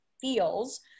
feels